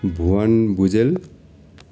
Bhuwan Bhujel